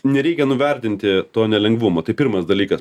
nereikia nuvertinti to nelengvumo tai pirmas dalykas